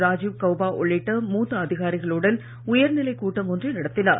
ராஜீவ் கௌபா உள்ளிட்ட மூத்த அதிகாரிகளுடன் உயர்நிலைக் கூட்டம் ஒன்றை நடத்தினார்